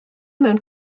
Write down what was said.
mewn